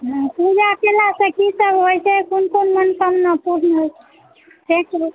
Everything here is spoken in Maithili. पूजा केलासँ की सब होइ छै कोन कोन मनोकामना पुर्ण होइ छै से कहू